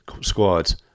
squads